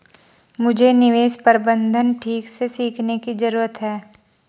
मुझे निवेश प्रबंधन ठीक से सीखने की जरूरत है